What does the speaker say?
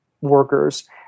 workers